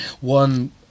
one